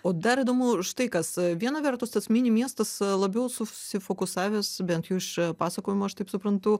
o dar įdomu štai kas viena vertus tas mini miestas labiau susifokusavęs bent jau iš pasakojimų aš taip suprantu